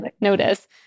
notice